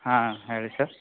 ಹಾಂ ಹೇಳಿ ಸರ್